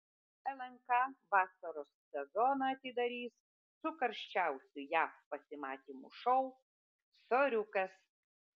lnk vasaros sezoną atidarys su karščiausiu jav pasimatymų šou soriukas